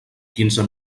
quinze